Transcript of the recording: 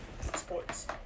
sports